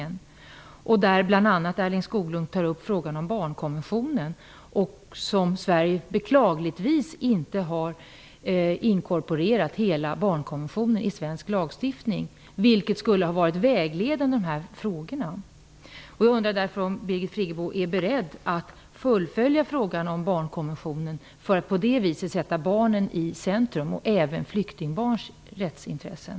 Erling Skoglund tar bl.a. upp frågan om barnkonventionen, som Sverige beklagligtvis inte har helt inkorporerat i svensk lagstiftning. Det skulle ha varit vägledande i dessa frågor. Jag undrar därför om Birgit Friggebo är beredd att fullfölja frågan om barnkonventionen för att på det viset sätta barnen i centrum -- då även flyktingbarnens rättsintressen.